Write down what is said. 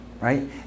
right